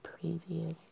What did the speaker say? previous